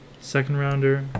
Second-rounder